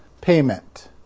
payment